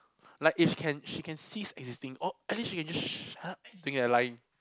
like if can she can cease existing or actually she can just shut up acting at lying